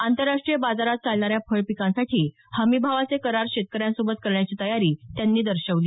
आंतरराष्ट्रीय बाजारात चालणार्या फळपिकांसाठी हमीभावाचे करार शेतकऱ्यांसोबत करण्याची तयारी त्यांनी दर्शवली